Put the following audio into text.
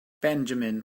benjamin